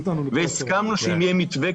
והסכמנו שאם יהיה מתווה,